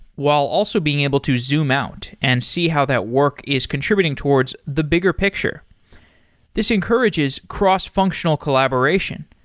while also being able to zoom out and see how that work is contributing towards the bigger picture this encourages cross-functional collaboration.